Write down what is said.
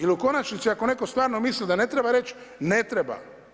Ili u konačnici ako netko stvarno misli da ne treba reći, ne treba.